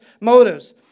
motives